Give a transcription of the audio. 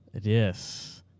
Yes